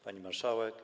Pani Marszałek!